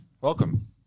welcome